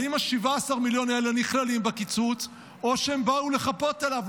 האם 17 המיליון האלה נכללים בקיצוץ או שהם באו לחפות עליו?